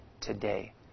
today